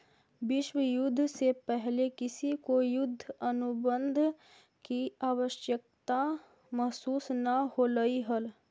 विश्व युद्ध से पहले किसी को युद्ध अनुबंध की आवश्यकता महसूस न होलई हल